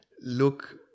look